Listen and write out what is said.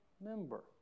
member